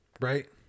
Right